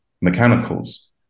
mechanicals